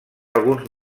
alguns